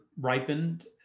ripened